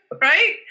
right